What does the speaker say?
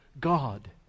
God